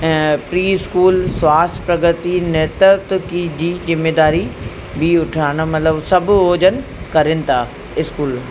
pre school स्वास्थ्य प्रगति नैतृत्व कि जी जिम्मेदारी बि उठाइणु मतिलबु सभु हुजनि करनि था स्कूल